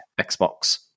xbox